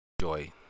Joy